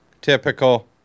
Typical